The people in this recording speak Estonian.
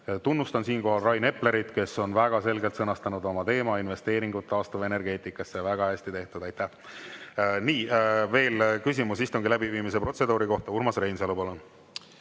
Tunnustan siinkohal Rain Eplerit, kes on väga selgelt sõnastanud oma teema: investeeringud taastuvenergeetikasse. Väga hästi tehtud! Nii, veel küsimus istungi läbiviimise protseduuri kohta. Urmas Reinsalu,